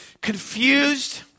confused